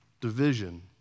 division